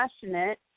passionate